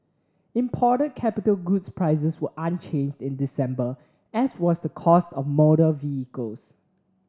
imported capital goods prices were unchanged in December as was the cost of motor vehicles